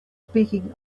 speaking